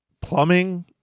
plumbing